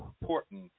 important